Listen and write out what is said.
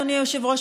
אדוני היושב-ראש,